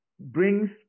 Brings